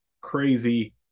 crazy